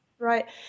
Right